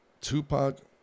Tupac